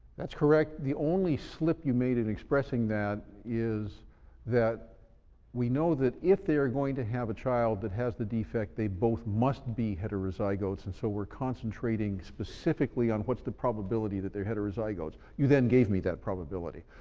that's correct. the only slip you made in expressing that is that we know that if they are going to have a child that has the defect, they both must be heterozygous, and so we're concentrating specifically on what's the probability that they're heterozygous. you then gave me that probability.